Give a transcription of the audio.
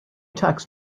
tax